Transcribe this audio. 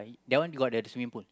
that one got the swimming pool